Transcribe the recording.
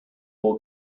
war